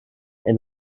and